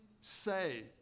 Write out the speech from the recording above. say